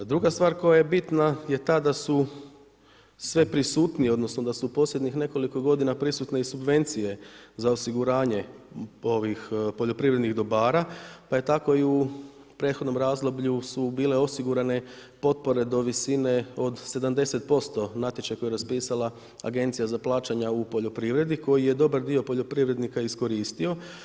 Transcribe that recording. Druga stvar koja je bitna je ta da su sve prisutniji, odnosno da su u posljednjih nekoliko godina prisutne i subvencije za osiguranje poljoprivrednih dobara pa je tako u prethodnom razdoblju su bile osigurane potpore do visine od 70% natječaj koji je raspisala agencija za plaćanja u poljoprivredi koji je dobar dio poljoprivrednika iskoristio.